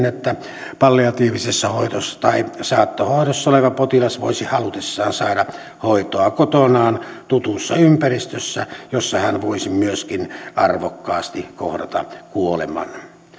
että palliatiivisessa hoidossa tai saattohoidossa oleva potilas voisi halutessaan saada hoitoa kotonaan tutussa ympäristössä jossa hän voisi myöskin arvokkaasti kohdata kuoleman